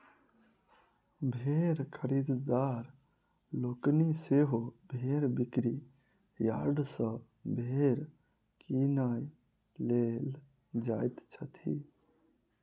भेंड़ खरीददार लोकनि सेहो भेंड़ बिक्री यार्ड सॅ भेंड़ किनय लेल जाइत छथि